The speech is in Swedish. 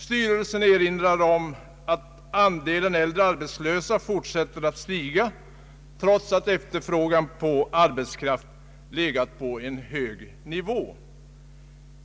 Styrelsen erinrar om att andelen äldre arbetslösa fortsätter att stiga, trots att efterfrågan på arbetskraft legat på en hög nivå.